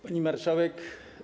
Pani Marszałek!